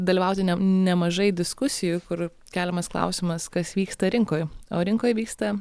dalyvauti ne nemažai diskusijų kur keliamas klausimas kas vyksta rinkoj o rinkoj vyksta